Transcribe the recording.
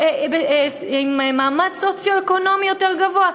עם אנשים במעמד סוציו-אקונומי יותר גבוה.